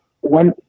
One